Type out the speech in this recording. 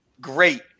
great